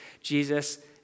Jesus